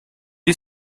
est